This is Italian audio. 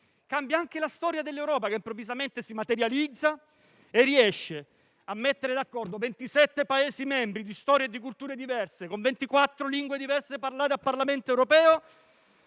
cambia anche la storia dell'Europa, che improvvisamente si materializza e riesce a mettere d'accordo 27 Paesi membri di storie e di culture diverse, con 24 lingue diverse parlate al Parlamento europeo,